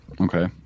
Okay